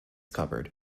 cupboard